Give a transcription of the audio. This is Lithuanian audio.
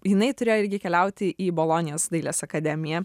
jinai turėjo irgi keliauti į bolonijos dailės akademiją